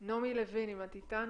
שכדאי לקיים בקרוב.